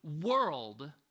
world